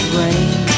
rain